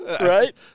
Right